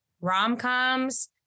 rom-coms